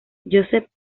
joseph